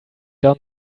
down